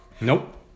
Nope